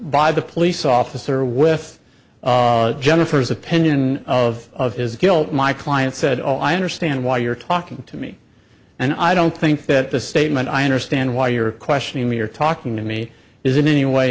by the police officer with jennifer's opinion of his guilt my client said oh i understand why you're talking to me and i don't think that the statement i understand why you're questioning me or talking to me is in any way